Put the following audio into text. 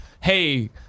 hey